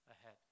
ahead